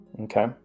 Okay